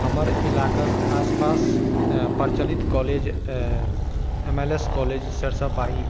हमर इलाकाके आसपास अइ प्रचलित college M L S college Sarisab पाही